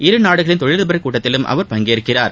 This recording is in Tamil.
இருநாடுகளின் தொழிலதிபர்கள் கூட்டத்திலும் அவர் பங்கேற்கிறார்